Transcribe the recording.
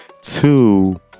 Two